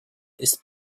ist